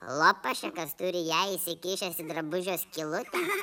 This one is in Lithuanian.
lopašekas turi ją įsikišęs į drabužio skylutę